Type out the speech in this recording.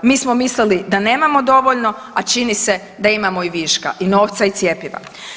Mi smo mislili da nemamo dovoljno, a čini se da imamo i viška i novca i cjepiva.